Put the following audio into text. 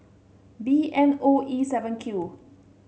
B N O E seven Q